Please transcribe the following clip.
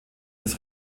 des